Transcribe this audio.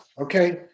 okay